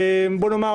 בוא נאמר,